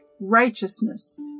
righteousness